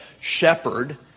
shepherd